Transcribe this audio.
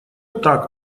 так